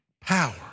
power